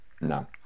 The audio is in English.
No